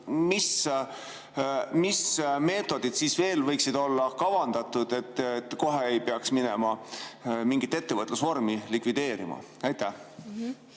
Mis meetodid veel võiksid olla kavandatud, et kohe ei peaks minema mingit ettevõtlusvormi likvideerima? Suur